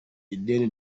ideni